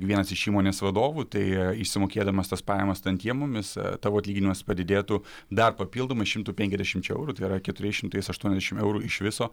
vienas iš įmonės vadovų tai išsimokėdamas tas pajamas tantjemomis tavo atlyginimas padidėtų dar papildomai šimtu penkiasdešimčia eurų tai yra keturiais šimtais aštuoniasdešim eurų iš viso